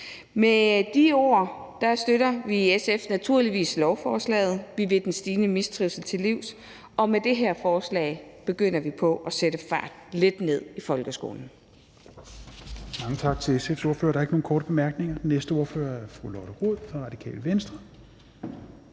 Med de ord støtter vi i SF naturligvis lovforslaget. Vi vil den stigende mistrivsel til livs, og med det her forslag begynder vi på at sætte farten lidt ned i folkeskolen.